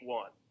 one